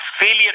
failure